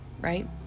Right